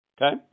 Okay